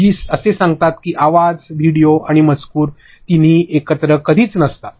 जी असे सांगतात की आवाज व्हिडिओ आणि मजकूर तीनही एकत्र कधीच नसतात